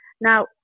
Now